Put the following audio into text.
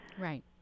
Right